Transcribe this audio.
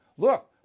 Look